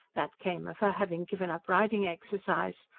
that came of her having given up riding-exercise.